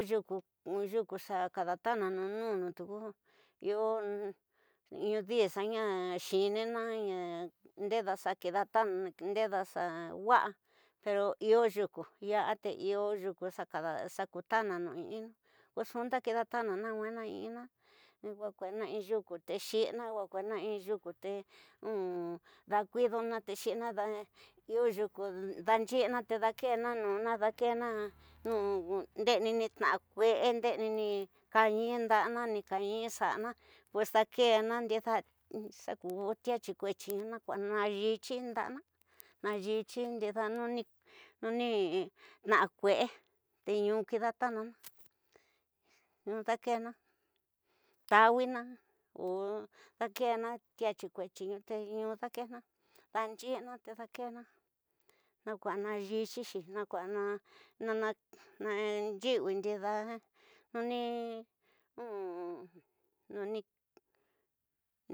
Yuku, yuku xa kada tananu nuvunu tuki iyo in dii xa nxu xiiñino xa ndeda xa kidatananu ndeda xa wasai perro iye yuku te yora tiyo yuku xa ku tanani in ina ko nwa nxu kidatananu inina nwa kuwena in yuku te xiina nwa kuwena in yuku te da kuwena te xiina, iyo yuku dayuyisno te dakena nuvunu, dakena ndeni in tinuza kwe, ndemeni kani ndaxa, ini kani xana pues dakena ndida xaku tiayi kuyini na kua nge tiyiyi ndexa mana tiyiyi ndida nde ni naga ku te kada tananu, nda dakena, tawino o dekena tia- tyi kuyini te ñu dakena, dan yisna te dakena, na kua dayityixi, nakuwana nan yuwi ndida nuni.